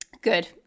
Good